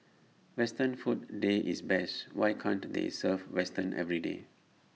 western food day is best why can't they serve western everyday